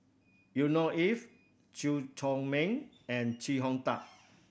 Yusnor Ef Chew Chor Meng and Chee Hong Tat